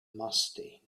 musty